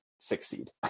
Succeed